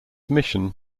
mission